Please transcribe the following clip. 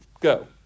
Go